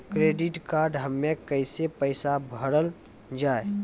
Credit card हम्मे कैसे पैसा भरल जाए?